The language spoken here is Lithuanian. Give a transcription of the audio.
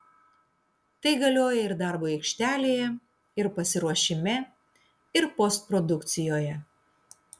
tai galioja ir darbui aikštelėje ir pasiruošime ir postprodukcijoje